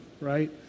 right